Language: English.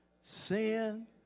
sin